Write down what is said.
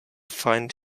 find